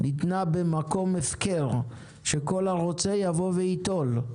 ניתנה במקום הפקר, שכל הרוצה יבוא וייטול.